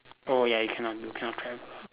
oh ya you cannot do cannot climb